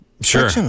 Sure